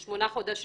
של שמונה חודשים?